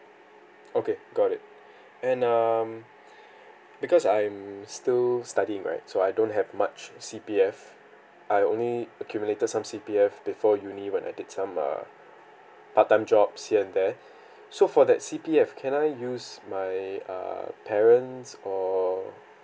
okay got it and um because I'm still studying right so I don't have much C_P_F I only accumulated some C_P_F before uni when I did some uh part time jobs here and there so for that C_P_F can I use my err parents' or